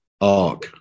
arc